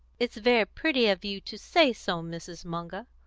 it's very pretty of you to say so, mrs. munger,